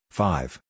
five